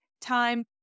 time